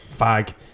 fag